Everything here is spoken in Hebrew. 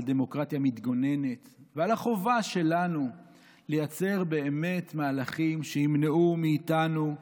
על דמוקרטיה מתגוננת ועל החובה שלנו לייצר באמת מהלכים שימנעו מאיתנו,